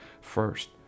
first